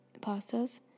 pastas